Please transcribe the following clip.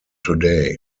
today